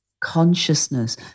consciousness